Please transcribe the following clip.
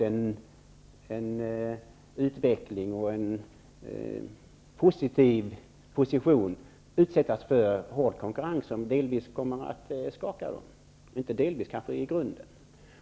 En konkurrens som, när man nu nått en positiv position, kan komma att skaka företaget i grunden.